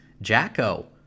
Jacko